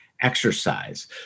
exercise